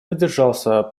воздержался